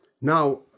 Now